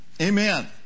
Amen